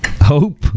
Hope